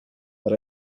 but